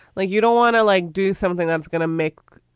like you don't want to, like, do something that's gonna make